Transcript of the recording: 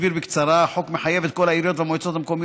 אסביר בקצרה: החוק מחייב את כל העיריות והמועצות המקומיות,